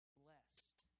blessed